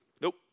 Nope